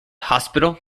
hospital